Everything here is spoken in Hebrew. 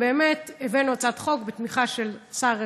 ובאמת הבאנו הצעת חוק בתמיכה של שר הרווחה,